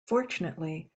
fortunately